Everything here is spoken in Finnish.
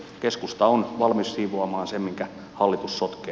keskusta on valmis siivoamaan sen minkä hallitus sotkee